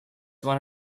one